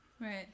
Right